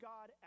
God